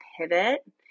pivot